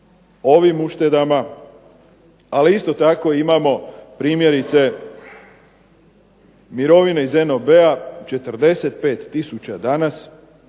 ovim uštedama ali isto tako imamo mirovine iz NOB-a 45 tisuća danas,